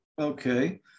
Okay